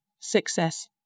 success